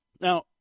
Now